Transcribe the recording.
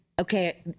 okay